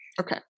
Okay